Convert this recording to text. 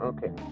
Okay